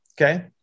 okay